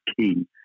key